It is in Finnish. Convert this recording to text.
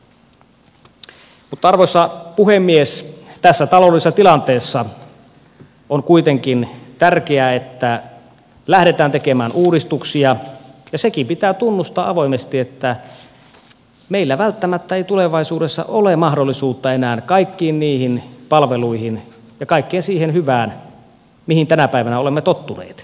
mutta arvoisa puhemies tässä taloudellisessa tilanteessa on kuitenkin tärkeää että lähdetään tekemään uudistuksia ja sekin pitää tunnustaa avoimesti että meillä välttämättä ei tulevaisuudessa ole mahdollisuutta enää kaikkiin niihin palveluihin ja kaikkeen siihen hyvään mihin tänä päivänä olemme tottuneet